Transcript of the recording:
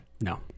no